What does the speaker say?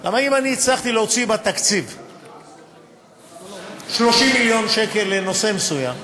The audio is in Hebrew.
אם אני הצלחתי להוציא בתקציב 30 מיליון שקל לנושא מסוים,